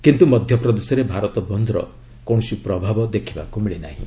କିନ୍ତୁ ମଧ୍ୟପ୍ରଦେଶରେ ଭାରତ ବନ୍ଦର କୌଣସି ପ୍ରଭାବ ଦେଖିବାକୁ ମିଳିନାହିଁ